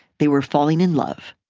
they were falling in love.